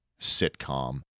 sitcom